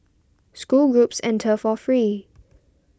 school groups enter for free